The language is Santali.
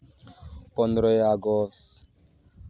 ᱯᱚᱸᱫᱽᱨᱚᱭ ᱟᱜᱚᱥᱴ